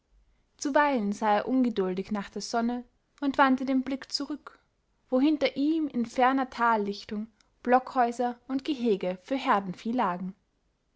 zuweilen sah er ungeduldig nach der sonne und wandte den blick zurück wo hinter ihm in ferner tallichtung blockhäuser und gehege für herdenvieh lagen